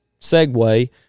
segue